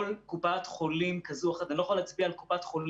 כל קופת חולים כזו או אחרת אני לא יכול הצביע על קופת חולים